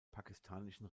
pakistanischen